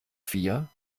vier